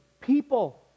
people